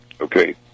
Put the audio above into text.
Okay